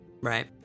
Right